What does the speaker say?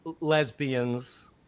lesbians